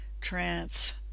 trance